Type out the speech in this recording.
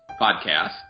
podcast